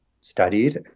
studied